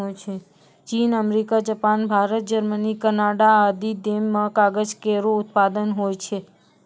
चीन, America, Japan, Bharat, Germany, Canada आदि देस म कागज केरो उत्पादन होय छै